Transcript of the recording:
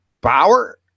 Bauer